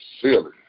silly